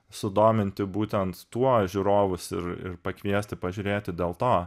sudominti būtent tuo žiūrovus ir ir pakviesti pažiūrėti dėl to